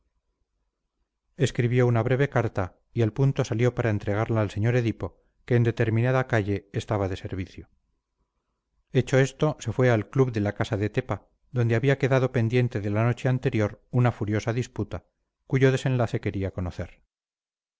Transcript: escribió una breve carta y al punto salió para entregarla al sr edipo que en determinada calle estaba de servicio hecho esto se fue al club de la casa de tepa donde había quedado pendiente de la noche anterior una furiosa disputa cuyo desenlace quería conocer